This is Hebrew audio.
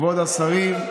כבוד השרים,